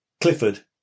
Clifford